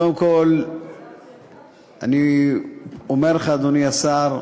קודם כול, אני אומר לך, אדוני השר,